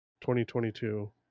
2022